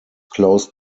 close